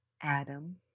Adam